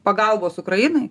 pagalbos ukrainai